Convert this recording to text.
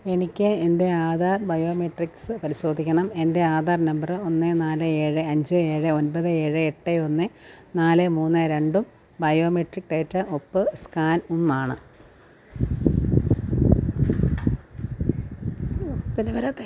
എനിക്ക് എൻ്റെ ആധാർ ബയോമെട്രിക്സ് പരിശോധിക്കണം എൻ്റെ ആധാർ നമ്പർ ഒന്ന് നാല് ഏഴ് അഞ്ച് ഏഴ് ഒൻപത് ഏഴ് എട്ട് ഒന്ന് നാല് മൂന്ന് രണ്ടും ബയോമെട്രിക് ഡാറ്റ ഒപ്പ് സ്കാനും ആണ്